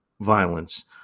violence